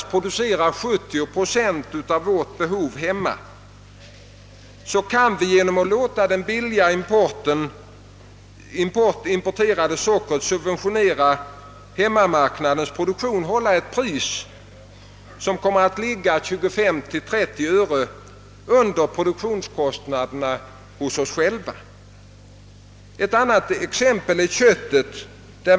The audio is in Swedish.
Vi producerar själva endast 70 procent av vår konsumtion av socker och kan genom att låta den billiga importen subventionera hemmamarknadsproduktionen hålla ett pris som ligger mellan 25 och 30 öre under våra egna produktionskostnader. Ett annat exempel är köttet.